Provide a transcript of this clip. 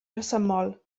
rhesymol